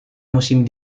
musim